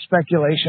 speculation